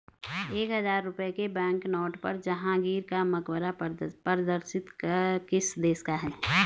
एक हजार रुपये के बैंकनोट पर जहांगीर का मकबरा प्रदर्शित किस देश का है?